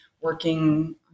working